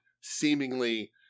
seemingly